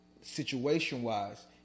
Situation-wise